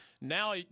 Now